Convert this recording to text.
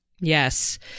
Yes